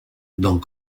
dans